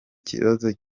kibazo